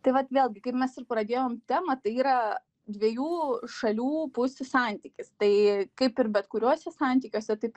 tai vat vėlgi kaip mes ir pradėjom temą tai yra dviejų šalių pusių santykis tai kaip ir bet kuriuose santykiuose taip